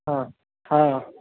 हँ हँ